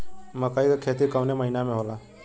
मकई क खेती कवने महीना में होला?